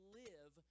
live